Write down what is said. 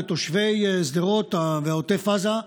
לתושבי שדרות ועוטף עזה,